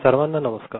सर्वांना नमस्कार